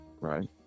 Right